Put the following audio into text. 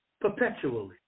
perpetually